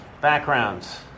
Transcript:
backgrounds